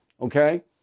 Okay